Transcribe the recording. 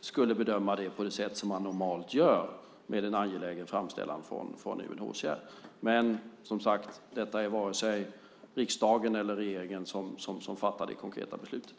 skulle bedöma det på det sätt som man normalt gör vid en angelägen framställan från UNHCR. Men det är, som sagt, varken riksdagen eller regeringen som fattar det konkreta beslutet.